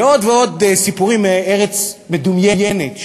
ועוד ועוד סיפורים מארץ מדומיינת,